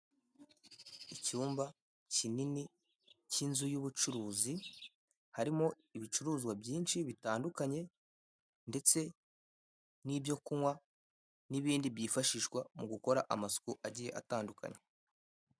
Icyumba kinini k'inzu y'ubucuruzi harimo ibicuruzwa byinshi bitandukanye ndetse n'ibyo kunywa n'ibindi byifashishwa mu gukora amasuku agiye atandukanye.